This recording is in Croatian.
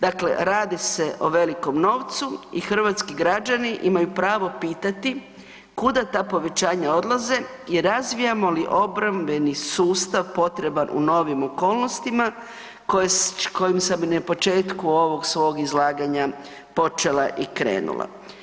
Dakle, radi se o velikom novcu i hrvatski građani imaju pravo pitati kuda ta povećanja odlaze i razvijamo li obrambeni sustav potreban u novim okolnostima kojim sam na početku ovog svog izlaganja počela i krenula.